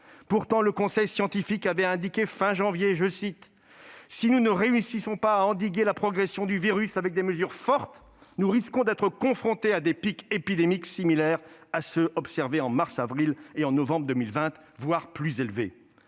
Pourtant, le conseil scientifique avait indiqué à la fin de janvier :« Si nous ne réussissons pas à endiguer la progression du virus avec des mesures fortes, nous risquons d'être confrontés à des pics épidémiques similaires à ceux observés en mars-avril et novembre 2020, voire plus élevés. »